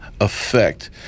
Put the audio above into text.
effect